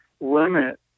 limit